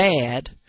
bad